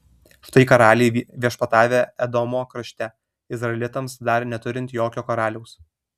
štai karaliai viešpatavę edomo krašte izraelitams dar neturint jokio karaliaus